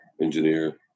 engineer